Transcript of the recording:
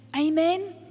Amen